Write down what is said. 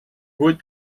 vuit